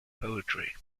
poetry